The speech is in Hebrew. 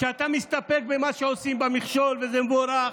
שאתה מסתפק במה שעושים במכשול וזה מבורך,